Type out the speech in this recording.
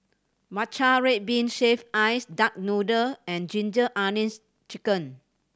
matcha red bean shaved ice duck noodle and Ginger Onions Chicken